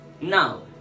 Now